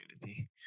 community